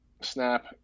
Snap